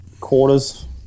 quarters